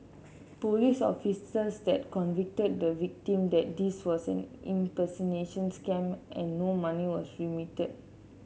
police officers that convicted the victim that this was an impersonation scam and no money was remitted